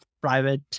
private